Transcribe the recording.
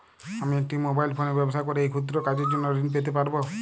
আমি একটি মোবাইল ফোনে ব্যবসা করি এই ক্ষুদ্র কাজের জন্য ঋণ পেতে পারব?